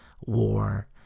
war